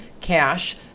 cash